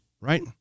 right